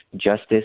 justice